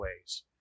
ways